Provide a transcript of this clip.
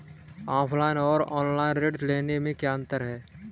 Offline और online ऋण लेने में क्या अंतर है?